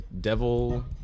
devil